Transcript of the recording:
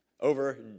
over